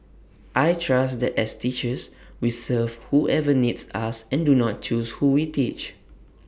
I trust that as teachers we serve whoever needs us and do not choose who we teach